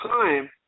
time